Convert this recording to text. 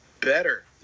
better